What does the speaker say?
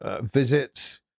visits